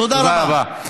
תודה רבה.